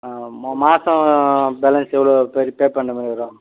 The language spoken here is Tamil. ஆ மா மாதம் பேலன்ஸ்ஸு எவ்வளோ பே பே பண்ணுற மாதிரி வரும்